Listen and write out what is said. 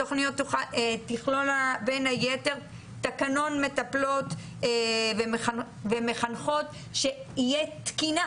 התוכניות תכלולנה בין היתר תקנון מטפלות ומחנכות שיהיה תקינה,